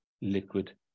liquid